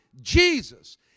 Jesus